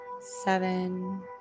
seven